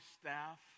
staff